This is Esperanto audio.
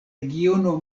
regiono